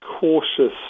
cautious